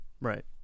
right